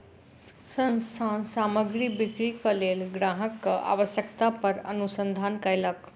संस्थान सामग्री बिक्रीक लेल ग्राहकक आवश्यकता पर अनुसंधान कयलक